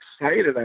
excited